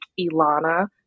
Ilana